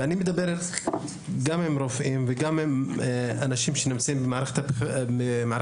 אני מדבר גם עם רופאים וגם עם אנשים שנמצאים במערכת הבריאות,